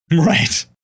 Right